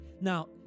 Now